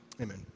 amen